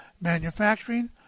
Manufacturing